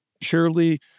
purely